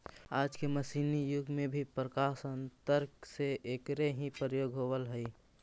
आज के मशीनी युग में भी प्रकारान्तर से एकरे ही प्रयोग होवऽ हई